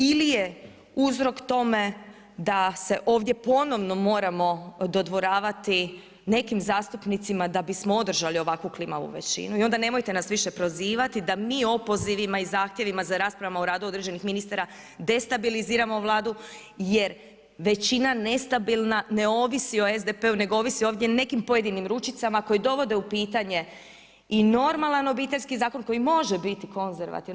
Ili je uzrok tome da se ovdje ponovno moramo dodvoravati nekim zastupnicima, da bismo održali ovakvu klimavu većinu i onda nemojte nas više prozivati da mi opozivima i zahtjevima za raspravama o radu određenih ministara destabiliziramo Vladu jer većina nestabilna ne ovisi o SDP-u nego ovisi ovdje o nekim pojedinim ručicama koje dovode u pitanje i normalan Obiteljski zakon koji može biti konzervativan.